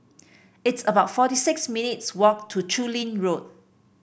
it's about forty six minutes' walk to Chu Lin Road